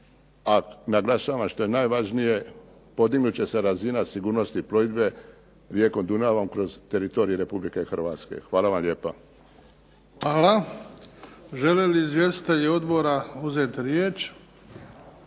a naglašavam, što je najvažnije, podignut će se razina sigurnosti plovidbe rijekom Dunavom kroz teritorij RH. Hvala vam lijepa. **Bebić, Luka (HDZ)** Hvala. Žele li izvjestitelji odbora uzeti riječ?